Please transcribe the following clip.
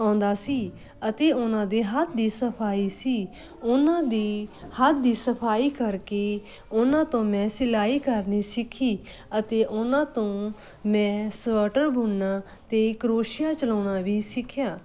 ਆਉਂਦਾ ਸੀ ਅਤੇ ਉਹਨਾਂ ਦੇ ਹੱਥ ਦੀ ਸਫਾਈ ਸੀ ਉਹਨਾਂ ਦੀ ਹੱਥ ਦੀ ਸਫਾਈ ਕਰਕੇ ਉਹਨਾਂ ਤੋਂ ਮੈਂ ਸਿਲਾਈ ਕਰਨੀ ਸਿੱਖੀ ਅਤੇ ਉਹਨਾਂ ਤੋਂ ਮੈਂ ਸਵਟਰ ਬੁਣਨਾ ਅਤੇ ਕਰੋਸ਼ੀਆ ਚਲਾਉਣਾ ਵੀ ਸਿੱਖਿਆ